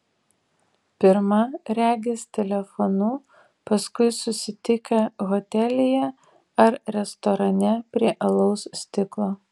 pirma regis telefonu paskui susitikę hotelyje ar restorane prie alaus stiklo